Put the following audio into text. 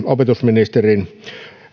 opetusministerin